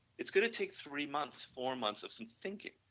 it's going to take three months, four months of some thinking.